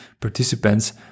participants